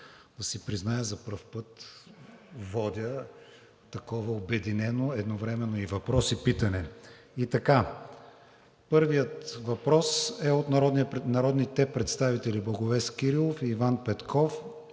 Да си призная, за пръв път водя такова обединено – едновременно въпрос и питане. Първият въпрос е от народните представители Благовест Кирилов, Иван Петков